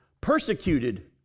Persecuted